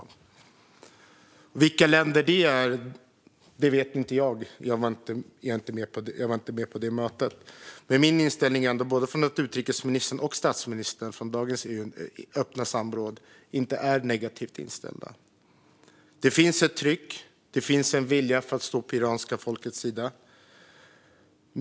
Vilka länder det är vet jag inte - jag var inte med på det mötet - men min inställning utifrån dagens öppna samråd är att utrikesministern och statsministern inte är negativt inställda. Det finns ett tryck och en vilja att stå på det iranska folkets sida.